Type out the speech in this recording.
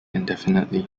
indefinitely